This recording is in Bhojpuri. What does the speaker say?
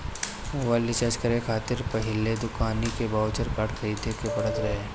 मोबाइल रिचार्ज करे खातिर पहिले दुकानी के बाउचर कार्ड खरीदे के पड़त रहे